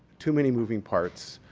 too many moving parts.